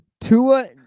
Tua